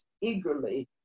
eagerly